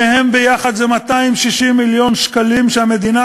שניהם ביחד זה 260 מיליון שקלים שהמדינה